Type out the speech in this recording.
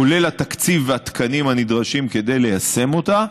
כולל התקציב והתקנים הנדרשים כדי ליישם אותה,